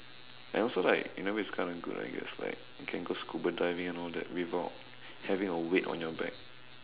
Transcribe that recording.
and also like in a way it's kind of good I guess like you can go scuba driving and all that without having a weight on your back